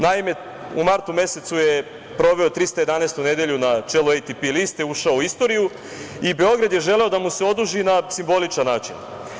Naime, u martu mesecu je proveo 311 nedelju na čelu ATP liste i ušao u istoriju i Beograd je želeo da mu se oduži na simboličan način.